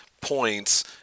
points